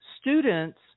students